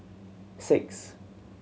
six